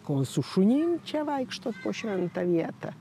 ko su šunim čia vaikšto po šventą vietą